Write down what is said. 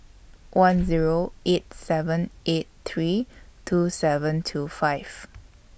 one Zero eight seven eight three two seven two five